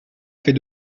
fait